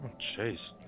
jeez